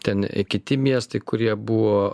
ten kiti miestai kurie buvo